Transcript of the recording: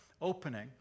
opening